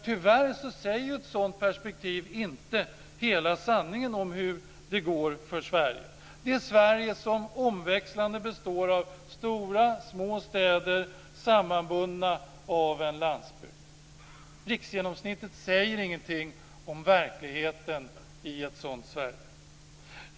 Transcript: Tyvärr säger ett sådant perspektiv inte hela sanningen om hur det går för Sverige - det Sverige som omväxlande består av stora och små städer sammanbundna av en landsbygd. Riksgenomsnittet säger ingenting om verkligheten i ett sådant Sverige.